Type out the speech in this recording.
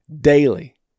daily